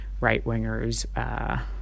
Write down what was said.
right-wingers